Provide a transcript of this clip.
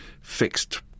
fixed